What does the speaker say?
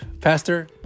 pastor